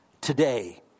today